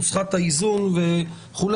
נוסחת האיזון וכו',